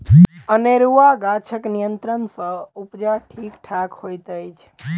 अनेरूआ गाछक नियंत्रण सँ उपजा ठीक ठाक होइत अछि